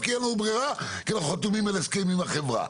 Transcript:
כי אין ברירה וחתומים על הסכם עם החברה?